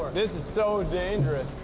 this is so dangerous.